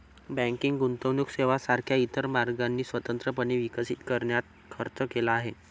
banking गुंतवणूक सेवांसारख्या इतर मार्गांनी स्वतंत्रपणे विकसित करण्यात खर्च केला आहे